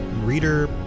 reader